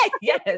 Yes